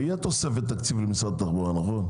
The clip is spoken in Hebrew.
הרי תהיה תוספת תקציב למשרד התחבורה, נכון?